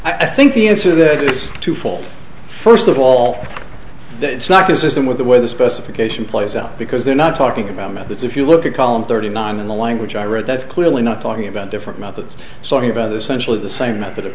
i think the answer that it's twofold first of all that it's not consistent with the way the specification plays out because they're not talking about math that's if you look at column thirty nine in the language i wrote that's clearly not talking about different methods sorry about the central of the same method of